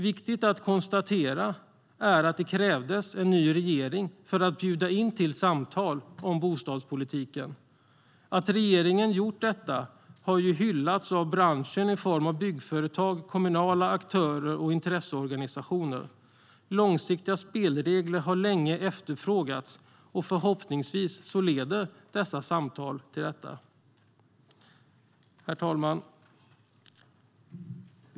Viktigt att konstatera är att det krävdes en ny regering för att bjuda in till samtal om bostadspolitiken. Att regeringen har gjort detta har hyllats av branschen i form av byggföretag, kommunala aktörer och intresseorganisationer. Långsiktiga spelregler har länge efterfrågats, och förhoppningsvis leder dessa samtal till detta. Herr talman!